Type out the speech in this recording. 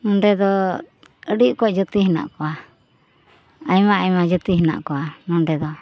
ᱱᱚᱰᱮᱫᱚ ᱟᱹᱰᱤ ᱚᱠᱚᱡ ᱡᱟᱹᱛᱤ ᱦᱮᱱᱟᱜ ᱠᱚᱣᱟ ᱟᱭᱢᱟ ᱟᱭᱢᱟ ᱡᱟᱹᱛᱤ ᱦᱮᱱᱟᱜ ᱠᱚᱣᱟ ᱱᱚᱰᱮᱫᱚ